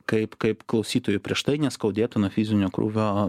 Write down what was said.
kaip kaip klausytojui prieš tai neskaudėtų nuo fizinio krūvio